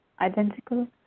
identical